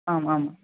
आम् आम्